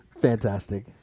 Fantastic